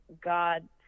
God